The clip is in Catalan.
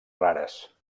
rares